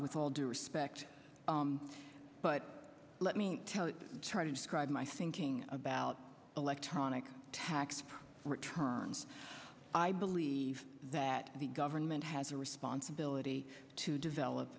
with all due respect but let me tell you try to describe my thinking about electronic tax returns i believe that the government has a responsibility to develop